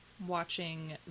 watching